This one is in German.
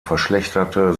verschlechterte